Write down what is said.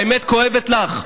האמת כואבת לך.